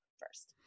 first